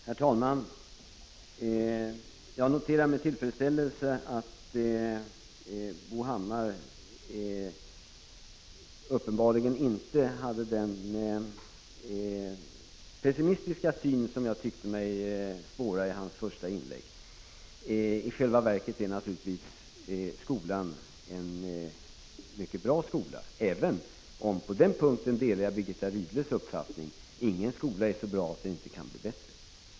Herr talman! Jag noterar med tillfredsställelse att Bo Hammar uppenbarligen inte hade den pessimistiska syn som jag tyckte mig spåra i hans första inlägg. I själva verket är skolan naturligtvis en mycket bra skola, även om — och på den punkten delar jag Birgitta Rydles uppfattning — ingen skola är så bra att den inte kan bli bättre.